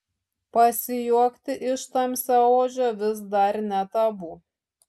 pasijuokti iš tamsiaodžio vis dar ne tabu